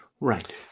Right